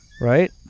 right